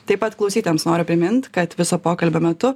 taip pat klausytojams noriu primint kad viso pokalbio metu